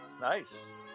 Nice